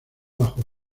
bajo